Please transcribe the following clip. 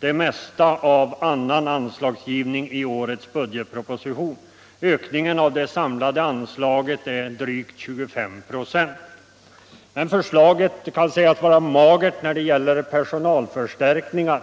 det mesta av annan anslagsgivning i årets budgetproposition. Ökningen av det samlade anslaget är drygt 25 KH. Men förslaget kan sägas vara magert när det gäller personalförstärkningar.